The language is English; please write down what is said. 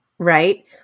right